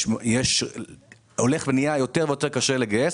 זה הולך ונהיה יותר ויותר קשה לגייס,